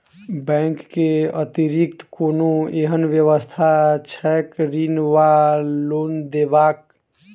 Bank केँ अतिरिक्त कोनो एहन व्यवस्था छैक ऋण वा लोनदेवाक?